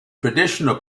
traditional